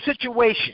situation